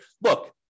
look